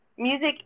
Music